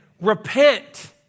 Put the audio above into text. repent